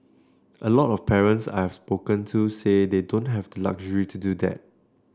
a lot of parents I've spoken to say they don't have luxury to do that